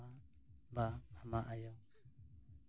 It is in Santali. ᱵᱟ ᱢᱟᱢᱟ ᱟᱭᱳ